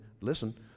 listen